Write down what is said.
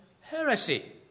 heresy